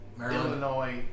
Illinois